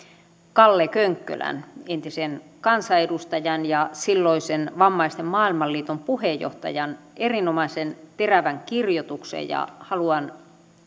kalle könkkölän entisen kansanedustajan ja silloisen vammaisten maailmanliiton puheenjohtajan erinomaisen terävän kirjoituksen ja haluan